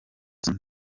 zunze